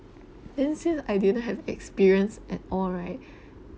then since I didn't have experience at all right